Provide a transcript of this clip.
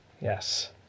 Yes